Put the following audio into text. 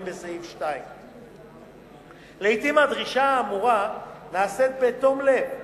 בסעיף 2. לעתים הדרישה האמורה נעשית בתום לב,